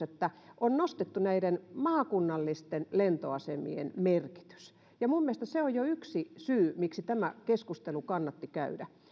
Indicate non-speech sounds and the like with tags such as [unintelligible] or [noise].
[unintelligible] että on nostettu näiden maakunnallisten lentoasemien merkitys ja minun mielestäni se on jo yksi syy miksi tämä keskustelu kannatti käydä